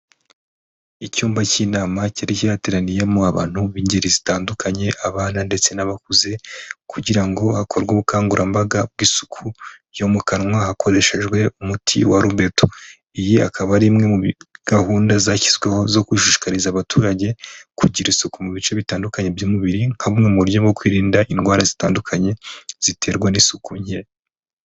Icyumba cy'inama cyari cyateraniyemo abantu b'ingeri zitandukanye abana ndetse n'abakuze kugira ngo hako ubukangura mbaga bw'isuku yo mu kanwa hakoreshejwe umuti wa rubeto, iyi akaba ari imwe muri gahunda zashyizweho zo gushishikariza abaturage kugira isuku mu bice bitandukanye by'umubiri nka bumwe mu buryo bwo kwirinda indwara zitandukanye ziterwa n'isuku nke.